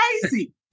crazy